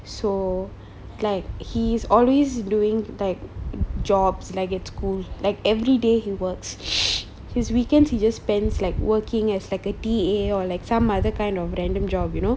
so like he's always doing like job like at school like everyday he works his weekends he just spends like working as like a T_A or like some other kind of random job you know